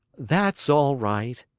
that's all right,